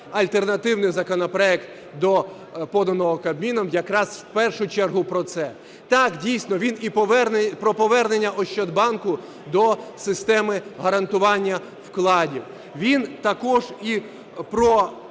альтернативний законопроект до поданого Кабміном, якраз в першу чергу про це. Так, дійсно, він і про повернення Ощадбанку до системи гарантування вкладів. Він також і про